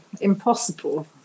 impossible